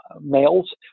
Males